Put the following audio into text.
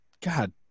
god